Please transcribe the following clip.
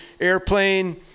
Airplane